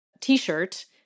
t-shirt